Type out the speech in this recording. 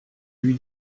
lui